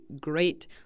great